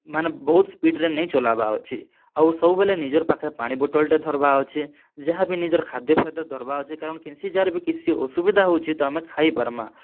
ମାନେ ବହୁତ୍ ସ୍ପିଡ଼୍ ରେ ନାଇ ଚଲାବାର୍ ଅଛେ ଆଉ ସବୁବେଲେ ନିଜର୍ ପାଖେ ପାଣି ବୋଟଲ୍ ଟେ ଧର୍ବାର୍ ଅଛେ ଯାହା ବି ନିଜର୍ ଖାଦ୍ୟଫାଦ୍ୟ ଧର୍ବାର୍ ଅଛେ କାରଣ୍ କେନ୍ସି ଯାଗାରେ ବି କିଛି ଅସୁବିଧା ହେଉଛେ ତ ଆମେ ଖାଇପାର୍ମା